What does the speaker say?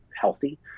healthy